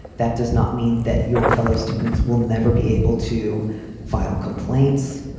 that does not mean that your fellow students will never be able to file complaints,